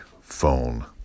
phone